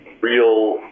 real